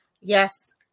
Yes